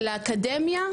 לאקדמיה